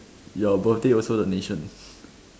your birthday also the nation